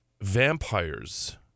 Vampires